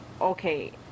okay